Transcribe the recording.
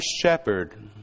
shepherd